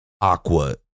aqua